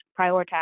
prioritize